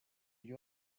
you